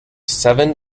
seven